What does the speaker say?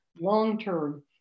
long-term